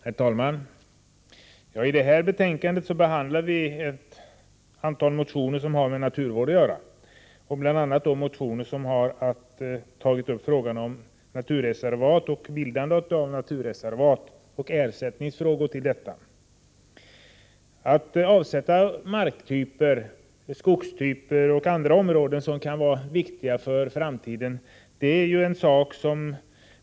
Herr talman! I detta betänkande behandlar vi ett antal motioner som har med naturvård att göra, bl.a. motioner som har tagit upp frågan om naturreservat, bildandet av sådana samt ersättningsfrågor i samband med dessa. Vi måste arbeta med att avsätta olika marktyper, skogsarealer och andra områden som kan vara viktiga för framtiden.